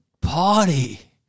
party